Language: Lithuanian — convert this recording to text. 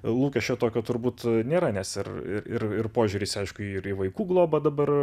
lūkesčio tokio turbūt nėra nes ir ir ir požiūris aišku ir į vaikų globą dabar